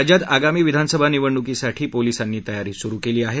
राज्यात आगामी विधानसभा निवडणुकांसाठी पोलिसांनी तयारी सुरु केली आहे